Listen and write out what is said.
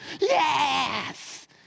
Yes